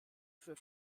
für